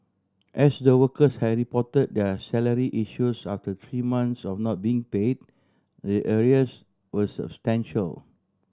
as the workers had reported their salary issues after three months of not being paid the arrears were substantial